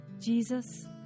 Jesus